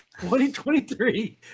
2023